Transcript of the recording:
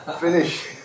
Finish